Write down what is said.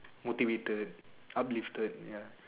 motivated uplifted ya